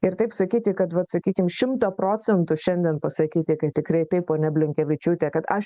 ir taip sakyti kad vat sakykim šimta procentų šiandien pasakyti kad tikrai taip ponia blinkevičiūtė kad aš